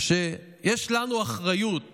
יש לנו אחריות